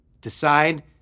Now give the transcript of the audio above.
Decide